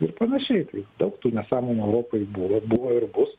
ir panašiai tai daug tų nesąmonių europoj buvo buvo ir bus